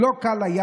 לאיפה?